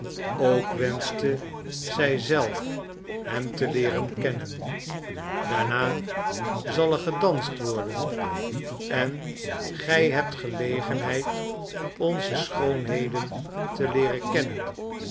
ook wenschte zij zelf hem te leeren kennen daarna zal er gedanst worden en gij hebt gelegenheid onze schoonheden te leeren kennen